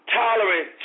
tolerant